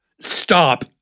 stop